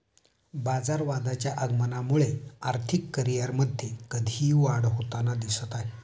बाजारवादाच्या आगमनामुळे आर्थिक करिअरमध्ये कधीही वाढ होताना दिसत आहे